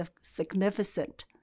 significant